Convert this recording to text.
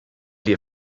dir